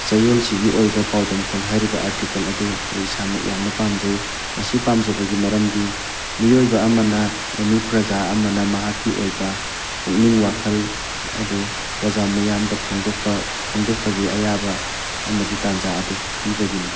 ꯆꯌꯣꯜꯁꯤꯒꯤ ꯑꯣꯏꯕ ꯄꯥꯎꯗꯝꯈꯣꯜ ꯍꯥꯏꯔꯤꯕ ꯑꯥꯔꯇꯤꯀꯜ ꯑꯗꯨ ꯑꯩ ꯏꯁꯥꯃꯛ ꯌꯥꯝꯅ ꯄꯥꯝꯖꯩ ꯃꯁꯤ ꯄꯥꯝꯖꯕꯒꯤ ꯃꯔꯝꯗꯤ ꯃꯤꯑꯣꯏꯕ ꯑꯃꯅ ꯑꯦꯅꯤ ꯄ꯭ꯔꯖꯥ ꯑꯃꯅ ꯃꯍꯥꯛꯀꯤ ꯑꯣꯏꯕ ꯄꯨꯛꯅꯤꯡ ꯋꯥꯈꯜ ꯑꯗꯨ ꯄ꯭ꯔꯖꯥ ꯃꯤꯌꯥꯝꯗ ꯐꯣꯡꯗꯣꯛꯄ ꯐꯣꯡꯗꯣꯛꯄꯒꯤ ꯑꯌꯥꯕ ꯑꯃꯗꯤ ꯇꯥꯟꯖꯥ ꯑꯗꯨ ꯄꯤꯕꯒꯤꯅꯦ